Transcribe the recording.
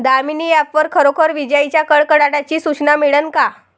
Damini app वर खरोखर विजाइच्या कडकडाटाची सूचना मिळन का?